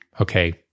okay